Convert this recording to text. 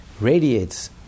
radiates